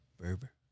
Berber